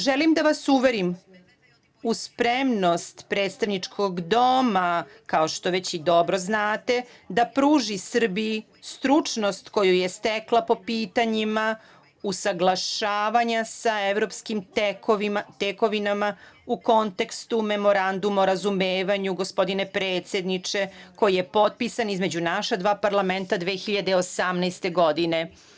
Želim da vas uverim u spremnost Predstavničkog doma, kao što već i dobro znate, da pruži Srbiji stručnost koju je stekla po pitanjima usaglašavanja sa evropskim tekovinama, u kontekstu Memoranduma o razumevanju, gospodine predsedniče, koji je potpisan između naša dva parlamenta 2018. godine.